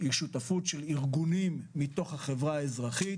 שותפות של ארגונים מתוך החברה האזרחית.